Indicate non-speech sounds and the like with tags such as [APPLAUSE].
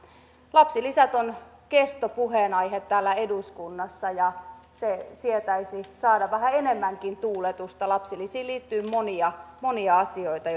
lapsilisät ovat kestopuheenaihe täällä eduskunnassa ja sen sietäisi saada vähän enemmänkin tuuletusta lapsilisiin liittyy monia monia asioita [UNINTELLIGIBLE]